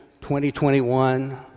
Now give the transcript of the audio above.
2021